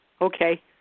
Okay